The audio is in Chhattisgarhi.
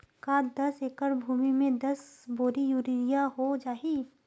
का दस एकड़ भुमि में दस बोरी यूरिया हो जाही?